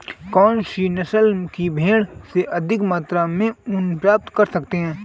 कौनसी नस्ल की भेड़ से अधिक मात्रा में ऊन प्राप्त कर सकते हैं?